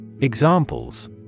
Examples